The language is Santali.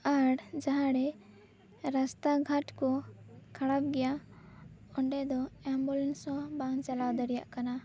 ᱟᱨ ᱡᱟᱦᱟᱨᱮ ᱨᱟᱥᱛᱟ ᱜᱷᱟᱴ ᱠᱩ ᱠᱷᱟᱨᱟᱯ ᱜᱮᱭᱟ ᱚᱸᱰᱮ ᱫᱚ ᱮᱢᱵᱩᱞᱮᱱᱥ ᱦᱚᱸ ᱵᱟᱝ ᱪᱟᱞᱟᱣ ᱫᱟᱲᱮᱭᱟᱜ ᱠᱟᱱᱟ